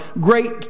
great